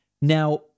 Now